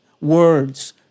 words